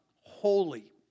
holy